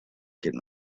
can